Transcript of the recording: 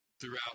throughout